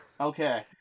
Okay